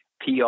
PR